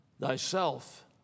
Thyself